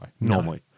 normally